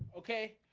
okay,